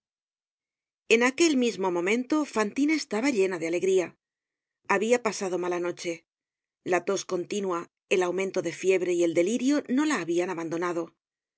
en aquel mismo momento fantina estaba llena de alegría habia pasado mala noche la tos continua el aumento de fiebre y el delirio no la habian abandonado por